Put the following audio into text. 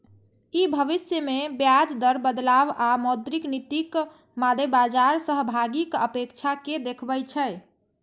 ई भविष्य मे ब्याज दर बदलाव आ मौद्रिक नीतिक मादे बाजार सहभागीक अपेक्षा कें देखबै छै